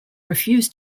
refuse